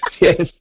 Yes